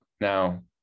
Now